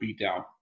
beatdown